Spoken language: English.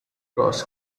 cross